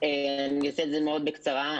אני אעשה את זה מאוד בקצרה.